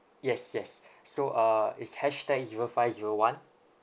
yes yes so uh is hashtag zero five zero one